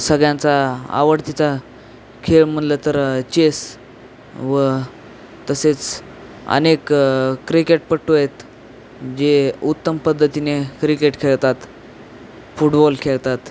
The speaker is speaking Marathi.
सगळ्यांचा आवडतीचा खेळ म्हणलं तर चेस व तसेच अनेक क्रिकेटपट्टू आहेत जे उत्तम पद्धतीने क्रिकेट खेळतात फुटबॉल खेळतात